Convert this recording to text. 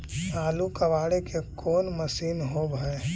आलू कबाड़े के कोन मशिन होब है?